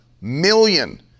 million